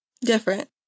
different